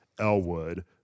Elwood